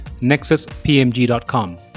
nexuspmg.com